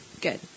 Good